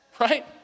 right